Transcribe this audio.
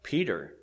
Peter